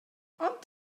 ond